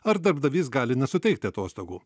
ar darbdavys gali nesuteikti atostogų